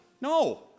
no